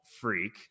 freak